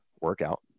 workout